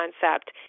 concept